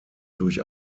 durch